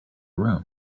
room